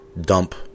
dump